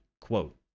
Quote